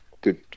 good